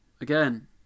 Again